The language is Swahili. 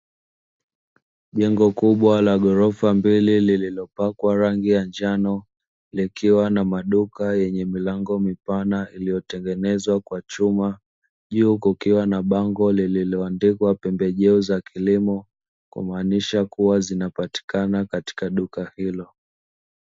Jengo kubwa la ghorofa mbili lililopakwa rangi ya njano likiwa na maduka yenye milango mi pana iliyotengenezwa kwa chuma. Juu kukiwa na bango lililoandikwa 'pembejeo za kilimo' kumaanisha kuwa zinapatikana katika duka hilo.